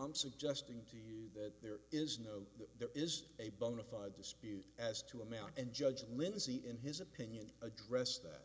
i'm suggesting to you that there is no there is a bona fide dispute as to amount and judge lindsey in his opinion addressed that